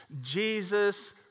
Jesus